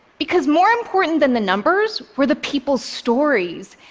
because more important than the numbers, were the people's stories.